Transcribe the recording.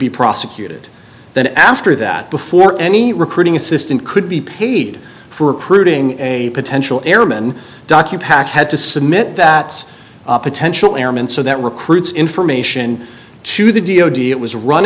be prosecuted then after that before any recruiting assistant could be paid for uprooting a potential airman docu pac had to submit that potential airman so that recruits information to the d o d it was run